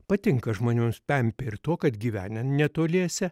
patinka žmonėms pempė ir tuo kad gyvena netoliese